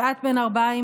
שעת בין ערביים,